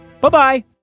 Bye-bye